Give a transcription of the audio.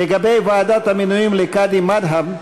לגבי ועדת המינויים לקאדים מד'הב,